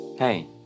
Hey